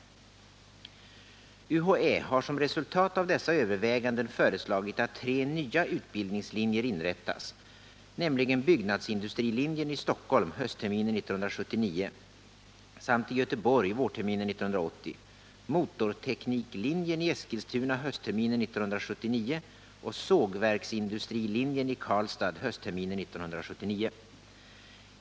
11 UHÄ har som resultat av dessa överväganden föreslagit att tre nya utbildningslinjer inrättas, nämligen byggnadsindustrilinjen i Stockholm höstterminen 1979 samt i Göteborg vårterminen 1980, motortekniklinjen i Eskilstuna höstterminen 1979 och sågverksindustrilinjen i Karlstad höstterminen 1979.